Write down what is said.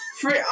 Free